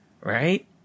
right